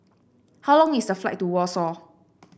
how long is the flight to Warsaw